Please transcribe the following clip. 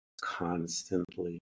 constantly